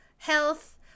health